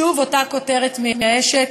שוב אותה כותרת מייאשת: